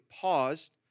paused